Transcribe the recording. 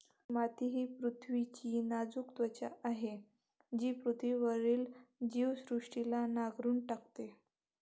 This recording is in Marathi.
माती ही पृथ्वीची नाजूक त्वचा आहे जी पृथ्वीवरील सर्व जीवसृष्टीला नांगरून टाकते